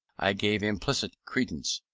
i gave implicit credence,